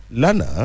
lana